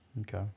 Okay